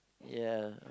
ya